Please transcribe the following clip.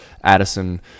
addison